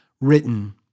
written